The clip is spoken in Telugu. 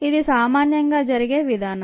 ఇది సామన్యంగా జరిగే విధానం